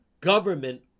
government